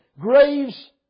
graves